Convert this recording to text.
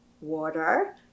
water